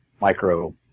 micro